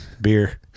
Beer